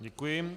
Děkuji.